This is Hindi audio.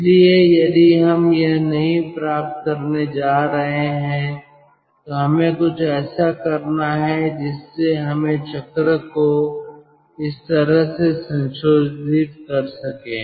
इसलिए यदि हम यह नहीं प्राप्त करने जा रहे हैं तो हमें कुछ ऐसा करना है जिससे हमें चक्र को इस तरह से संशोधित कर सके